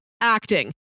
acting